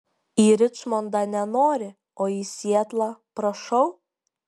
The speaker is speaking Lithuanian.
į ričmondą nenori o į sietlą prašau